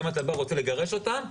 האם אתה בא ורוצה לגרש אותם,